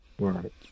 Right